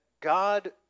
God